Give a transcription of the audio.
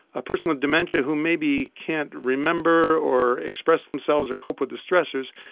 a person with dementia who maybe can't remember or express themselves or cope with the stressors,